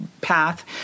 path